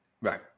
Right